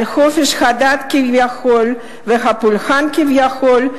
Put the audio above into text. על חופש הדת כביכול וחופש הפולחן כביכול,